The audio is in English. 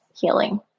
healing